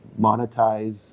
monetize